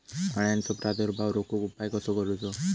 अळ्यांचो प्रादुर्भाव रोखुक उपाय कसो करूचो?